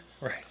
Right